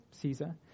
Caesar